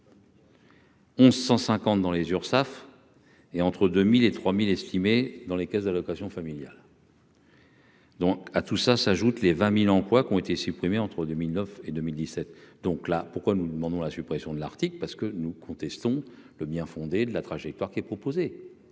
1150 dans les Urssaf et entre 2000 et 3000 estimés dans les caisses d'allocations familiales. Donc à tout cela s'ajoutent les 20000 emplois qui ont été supprimés entre 2009 et 2017, donc là, pourquoi nous demandons la suppression de l'article parce que nous contestons le bien-fondé de la trajectoire qui est proposé,